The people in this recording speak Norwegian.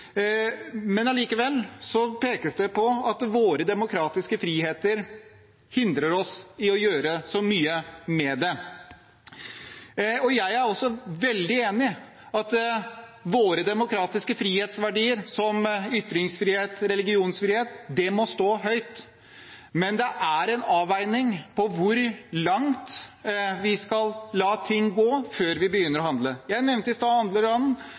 pekes det på at våre demokratiske friheter hindrer oss i å gjøre så mye med det. Jeg er veldig enig i at våre demokratiske frihetsverdier, som ytringsfrihet og religionsfrihet, må stå høyt, men det er en avveining hvor langt vi skal la ting gå før vi begynner å handle. I Frankrike har man nå sett seg nødt til å gå til svært inngripende tiltak fordi man i